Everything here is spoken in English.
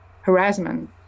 harassment